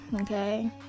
okay